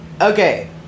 Okay